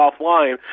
offline